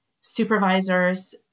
supervisors